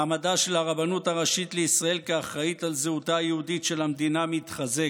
מעמדה של הרבנות הראשית לישראל כאחראית לזהותה היהודית של המדינה מתחזק.